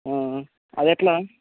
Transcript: అదెట్లా